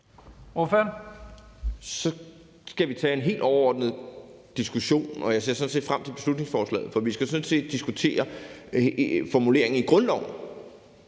(V): Så skal vi tage en helt overordnet diskussion, og jeg ser frem til behandlingen af beslutningsforslaget, for vi skal sådan set diskutere en formulering i grundloven.